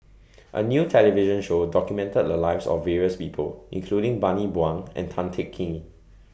A New television Show documented The Lives of various People including Bani Buang and Tan Teng Kee